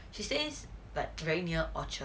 she stays but very near orchard